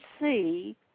see